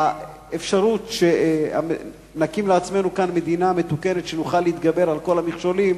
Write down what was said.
האפשרות שנקים לעצמנו כאן מדינה מתוקנת ושנוכל להתגבר על כל המכשולים